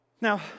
Now